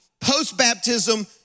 post-baptism